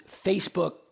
Facebook